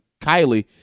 Kylie